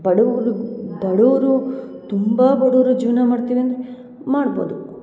ಬಡವ್ರಿಗ್ ಬಡವ್ರು ತುಂಬ ಬಡವ್ರು ಜೀವನ ಮಾಡ್ತೀವಿ ಅಂದ್ರೆ ಮಾಡ್ಬೋದು